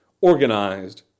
organized